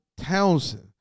Townsend